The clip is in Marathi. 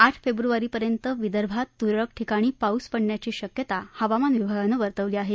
आठ फेब्रवारीपर्यंत विदर्भात तुरळक ठिकाणी पाऊस पडण्याची शक्यता हवामान विभागानं वर्तवली आहे